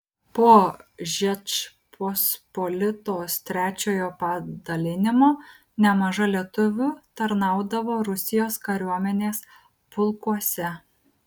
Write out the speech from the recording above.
po žečpospolitos trečiojo padalinimo nemaža lietuvių tarnaudavo rusijos kariuomenės pulkuose